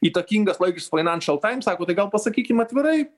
įtakingas laikraštis fainenšal taims sako tai gal pasakykim atvirai